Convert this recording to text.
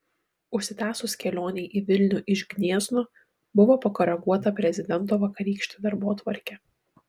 užsitęsus kelionei į vilnių iš gniezno buvo pakoreguota prezidento vakarykštė darbotvarkė